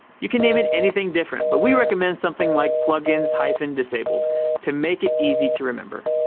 you can name it anything different, but we recommend something like plugins-disabled plugins-disabled to make it easy to remember.